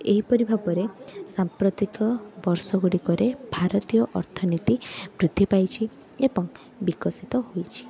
ଏହିପରି ଭାବରେ ସାମ୍ପ୍ରତିକ ବର୍ଷ ଗୁଡ଼ିକରେ ଭାରତୀୟ ଅର୍ଥନୀତି ବୃଦ୍ଧି ପାଉଛି ଏବଂ ବିକଶିତ ହୋଇଛି